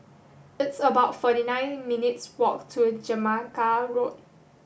it's about forty nine minutes' walk to Jamaica Road